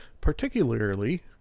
Particularly